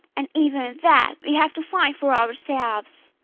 and even that we have to find for ourselves